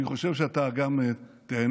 אני חושב שאתה גם תיהנה,